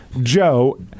Joe